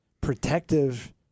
protective